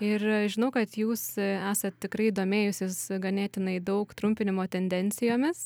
ir žinau kad jūs esat tikrai domėjusis ganėtinai daug trumpinimo tendencijomis